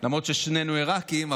למרות ששנינו עיראקים,